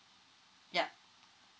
ya